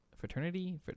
fraternity